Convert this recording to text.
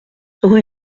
rue